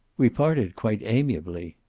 we parted quite amiably.